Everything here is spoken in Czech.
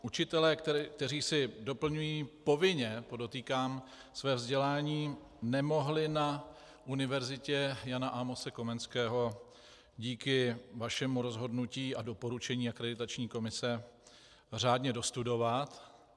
Učitelé, kteří si doplňují povinně, podotýkám své vzdělání, nemohli na Univerzitě Jana Amose Komenského díky vašemu rozhodnutí a doporučení Akreditační komise řádně dostudovat.